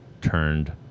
turned